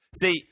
See